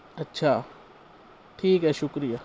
اچھا ٹھیک ہے شکریہ